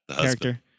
character